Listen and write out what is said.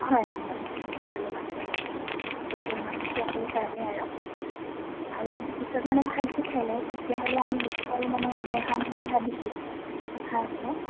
হয় সেইখিনি ছোৱালী মানুহে স্পেচিয়েল মানুহে ছোৱালীৰ কাৰণে আৰু আৰু যদি পিছত মানে ভালকে চলে তেতিয়াহ'লে আমি বস্তু আৰু মানে বঢ়াম বুলি ভাবিছোঁ আশা আছে